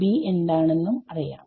b എന്താണെന്നും അറിയാം